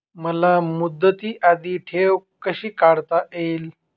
मला मुदती आधी ठेव कशी काढता येईल?